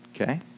Okay